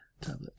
tablet